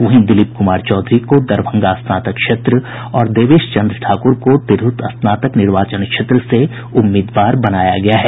वहीं दिलीप कुमार चौधरी को दरभंगा स्नातक क्षेत्र और देवेशचंद ठाकुर को तिरहुत स्नातक निर्वाचन क्षेत्र से उम्मीदवार बनाया गया है